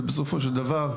ובסופו של דבר,